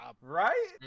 right